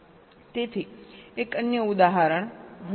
તેથી એક અન્ય ઉદાહરણ હું ગેટ લેવલ ડિઝાઇન માટે બતાવી રહ્યો છું